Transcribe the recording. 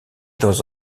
dans